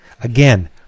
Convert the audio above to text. again